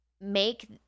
make